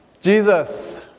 Jesus